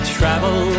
travel